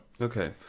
okay